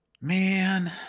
Man